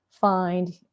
find